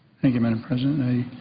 thank you, madam president? the